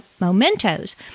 mementos